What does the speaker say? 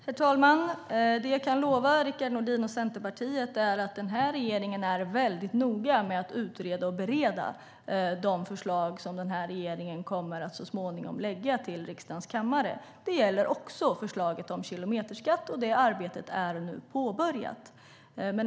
Herr talman! Det jag kan lova Rickard Nordin och Centerpartiet är att den här regeringen är väldigt noga med att utreda och bereda de förslag som den så småningom kommer att lägga fram för riksdagen. Det gäller också förslaget om kilometerskatt, och det arbetet är nu påbörjat.